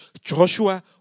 Joshua